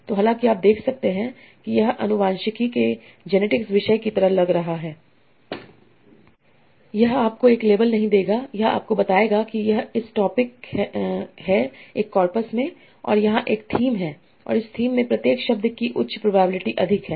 तो हालाँकि आप देख सकते हैं कि यह अनुवांशिकी के जेनेटिक्स विषय की तरह लग रहा है यह आपको एक लेबल नहीं देगा यह आपको बताएगा कि यह इस टॉपिक है एक कॉरपस में और यहां एक थीम है और इस थीम में प्रत्येक शब्द की उच्च प्रोबेबिलिटी अधिक हैं